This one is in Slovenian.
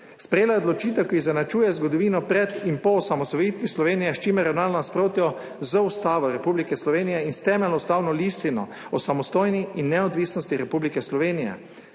Sprejela je odločitev, ki izenačuje zgodovino pred in po osamosvojitvi Slovenije, s čimer ravna v nasprotju z Ustavo Republike Slovenije in s Temeljno ustavno listino o samostojnosti in neodvisnosti Republike Slovenije.